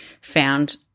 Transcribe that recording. found